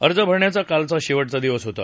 अर्ज भरण्याचा कालचा शेवटचा दिवस होता